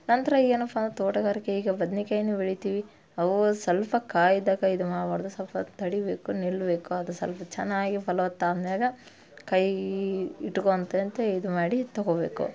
ನಂತರ ಏನಪ್ಪ ತೋಟಗಾರಿಕೆ ಈಗ ಬದ್ನೆಕಾಯನ್ನ ಬೆಳಿತೀವಿ ಅವು ಸ್ವಲ್ಪ ಕಾಯಿ ಇದ್ದಾಗ ಇದು ಮಾಡ್ಬಾರ್ದು ಸ್ವಲ್ಪ ತಡಿಬೇಕು ನಿಲ್ಲಬೇಕು ಅದು ಸ್ವಲ್ಪ ಚೆನ್ನಾಗಿ ಫಲವತ್ತು ಆದ್ಮೇಲ ಕಯ್ ಇಟ್ಕೋತ ಅಂತು ಇದು ಮಾಡಿ ತಗೊಬೇಕು